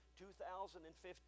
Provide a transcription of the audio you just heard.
2015